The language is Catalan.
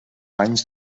banys